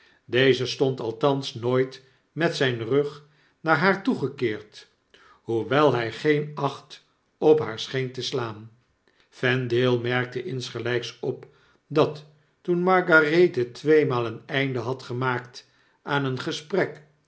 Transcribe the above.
deze stond althans nooit met zijn rug naar haar toegekeerd hoe wel hij geen acht op haar scheen te slaan vendale merkte insgelyks op dat toen margarethe tweemaal een einde had gemaakt aan een gesprek